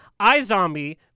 iZombie